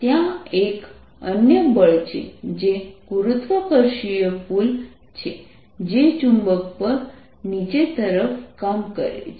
ત્યાં એક અન્ય બળ છે જે ગુરુત્વાકર્ષણીય પુલ છે જે ચુંબક પર નીચે તરફ કામ કરે છે